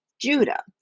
Judah